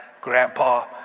grandpa